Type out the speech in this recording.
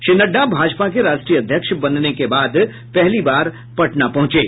श्री नड्डा भाजपा के राष्ट्रीय अध्यक्ष बनने के बाद पहली बार पटना पहुंचे हैं